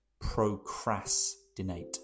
Procrastinate